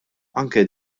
anke